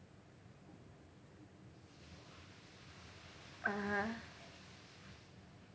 (uh huh)